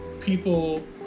people